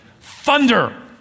Thunder